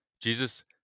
Jesus